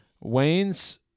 Wayne's